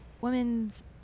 women's